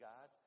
God